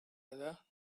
other